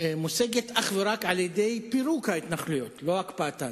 מושגת אך ורק על-ידי פירוק ההתנחלויות, לא הקפאתן.